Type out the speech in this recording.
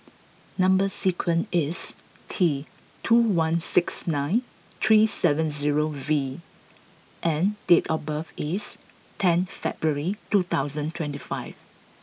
number sequence is T two one six nine three seven zero V and date of birth is ten February two thousand and twenty five